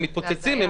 הם מתפוצצים.